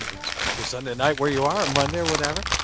it's probably sunday night where you are. monday or whatever.